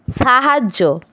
সাহায্য